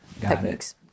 techniques